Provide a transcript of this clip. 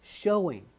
showing